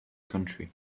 country